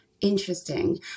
Interesting